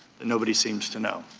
nobody seems to know.